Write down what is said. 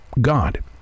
God